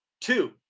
two